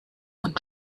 und